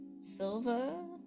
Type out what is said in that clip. silva